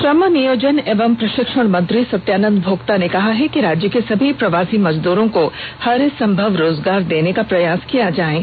श्रम नियोजन एवं प्रशिक्षण मंत्री सत्यानंद भोक्ता ने कहा है कि राज्य के सभी प्रवासी मजदूरों को हरसंभव रोजगार देने का प्रयास किया जायेगा